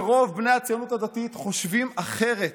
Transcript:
שרוב בני הציונות הדתית חושבים אחרת.